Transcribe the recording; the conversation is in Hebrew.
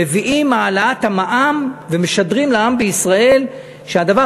מביאים העלאת המע"מ ומשדרים לעם בישראל שהדבר